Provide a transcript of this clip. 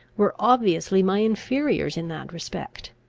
were obviously my inferiors in that respect.